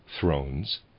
thrones